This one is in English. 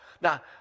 Now